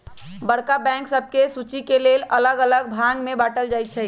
बड़का बैंक सभके सुचि के लेल अल्लग अल्लग भाग में बाटल जाइ छइ